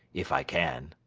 if i can